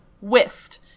whist